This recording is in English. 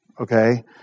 Okay